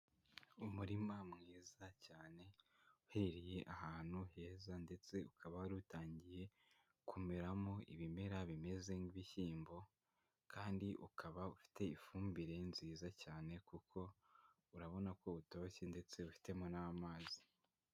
Umurima mwiza cyane uhereye ahantu heza ndetse ukaba wari utangiye kumeramo ibimera bimeze nk'ibishyimbo, kandi ukaba ufite ifumbire nziza cyane kuko urabonako utoshye ndetse ufitemo n'amazi